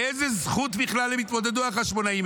באיזו זכות בכלל התמודדו החשמונאים,